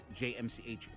JMCH